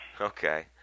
Okay